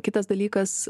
kitas dalykas